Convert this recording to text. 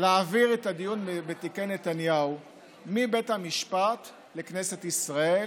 להעביר את הדיון בתיקי נתניהו מבית המשפט לכנסת ישראל